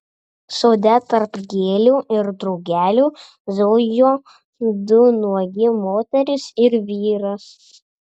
sode tarp gėlių ir drugelių zujo du nuogi moteris ir vyras